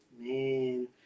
Man